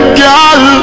girl